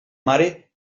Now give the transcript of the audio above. mare